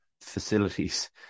facilities